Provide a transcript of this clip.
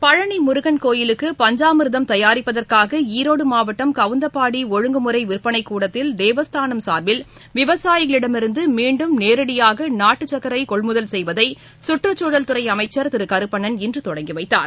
பழனி முருகன் கோயிலுக்கு பஞ்சாமிர்தம் தயாரிப்பதற்காக ஈரோடு மாவட்டம் கவுந்தபாடி ஒழுங்குமுறை விற்பனைக் கூடத்தில் தேவஸ்தானம் சார்பில் விவசாயிகளிடமிருந்து மீண்டும் நேரடியாக நாட்டு சர்க்கரை கொள்முதல் செய்வதை சுற்றுச்சூழல் துறை அமைச்சர் திரு கருப்பனன் இன்று தொடங்கி வைத்தார்